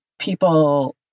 people